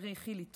חברי חילי טרופר,